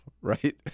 right